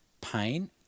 Pain